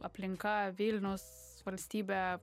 aplinka vilnius valstybė